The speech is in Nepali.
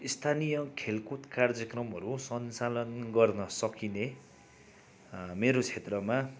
स्थानीय खेलकुद कार्यक्रमहरू सञ्चालन गर्न सकिने मेरो क्षेत्रमा